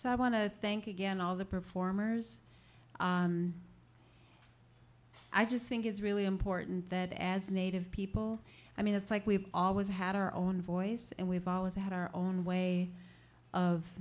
so i want to thank again all the performers i just think it's really important that as native people i mean it's like we've always had our own voice and we've always had our own way of